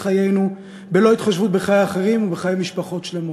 חיינו בלא התחשבות בחיי אחרים ובחיי משפחות שלמות.